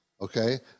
Okay